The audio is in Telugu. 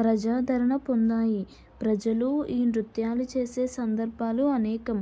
ప్రజాదరణ పొందాయి ప్రజలు ఈ నృత్యాలు చేసే సందర్భాలు అనేకం